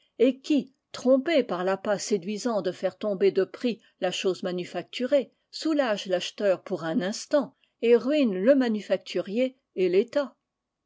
et qui trompé par l'appât séduisant de faire tomber de prix la chose manufacturée soulage l'acheteur pour un instant et ruine le manufacturier et l'état